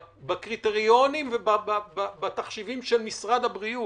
בקריטריונים ובתחשיבים של משרד הבריאות,